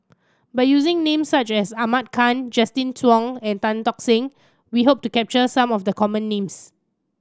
by using names such as Ahmad Khan Justin Zhuang and Tan Tock Seng we hope to capture some of the common names